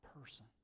person